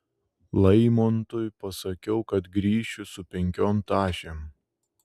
laimontui pasakiau kad grįšiu su penkiom tašėm